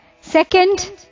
Second